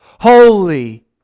Holy